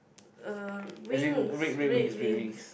uh wings red wings